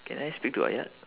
can I speak to ayat